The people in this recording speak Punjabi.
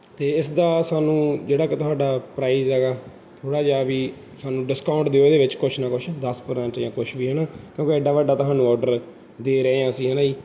ਅਤੇ ਇਸ ਦਾ ਸਾਨੂੰ ਜਿਹੜਾ ਕਿ ਤੁਹਾਡਾ ਪ੍ਰਾਈਜ਼ ਹੈਗਾ ਥੋੜ੍ਹਾ ਜਿਹਾ ਵੀ ਸਾਨੂੰ ਡਿਸਕਾਊਂਟ ਦਿਓ ਇਹਦੇ ਵਿੱਚ ਕੁਛ ਨਾ ਕੁਛ ਦਸ ਪਰਸੈਂਟ ਜਾਂ ਕੁਛ ਵੀ ਹੈ ਨਾ ਕਿਉਂਕਿ ਐਡਾ ਵੱਡਾ ਤੁਹਾਨੂੰ ਔਡਰ ਦੇ ਰਹੇ ਹਾਂ ਅਸੀਂ ਹੈ ਨਾ ਜੀ